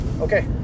okay